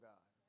God